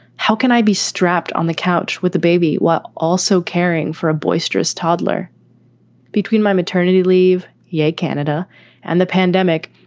how can i be strapped on the couch with the baby while also caring for a boisterous toddler between my maternity leave? yay, canada and the pandemic.